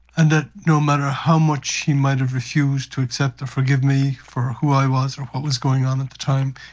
and that no matter how much he might have refused to accept or forgive me for who i was or what was going on at the time,